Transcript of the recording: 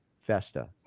Festa